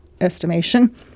estimation